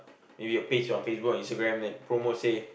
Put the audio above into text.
maybe a page on Facebook or Instagram then promote say